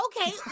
Okay